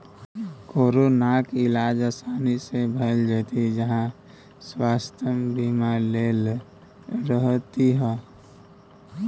कोरोनाक इलाज आसानी सँ भए जेतियौ जँ स्वास्थय बीमा लेने रहतीह